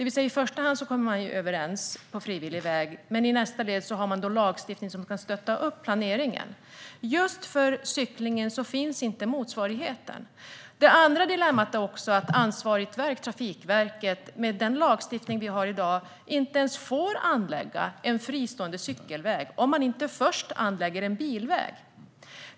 I första hand kommer man överens på frivillig väg, men i nästa led har man lagstiftning som kan stötta upp planeringen. För cyklingen finns ingen sådan motsvarighet. Det andra dilemmat är att ansvarigt verk, Trafikverket, med den lagstiftning vi har i dag inte ens får anlägga en fristående cykelväg om man inte först anlägger en bilväg.